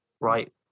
right